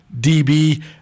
DB